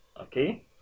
okay